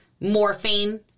morphine